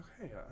Okay